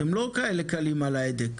אתם לא קלים על ההדק.